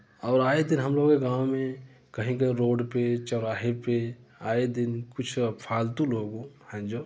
और आए दिन हम लोगों के गाँव में कहीं पे रोड पे चौराहे पे आए दिन कुछ फालतू लोगों है जो